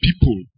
people